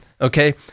okay